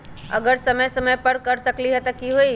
अगर समय समय पर न कर सकील त कि हुई?